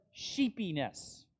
sheepiness